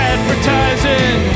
Advertising